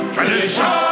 Tradition